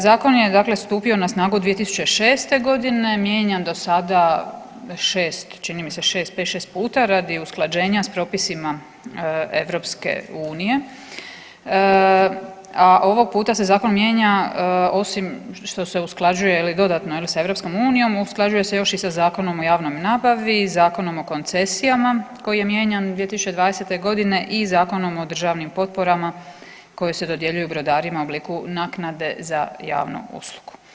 Zakon je dakle stupio na snagu 2006.g., mijenjan do sada 6, čini mi se 6, 5-6 puta radi usklađenja s propisima EU, a ovog puta se zakon mijenja osim što se usklađuje je li dodatno je li sa EU usklađuje se još i sa Zakonom o javnoj nabavi, Zakonom o koncesijama koji je mijenjan 2020.g. i Zakonom o državnim potporama koje se dodjeljuju brodarima u obliku naknade za javnu uslugu.